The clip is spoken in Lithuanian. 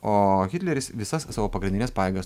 o hitleris visas savo pagrindines pajėgas